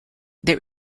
there